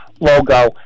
logo